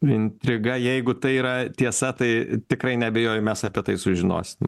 intriga jeigu tai yra tiesa tai tikrai neabejoju mes apie tai sužinosim